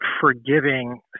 forgiving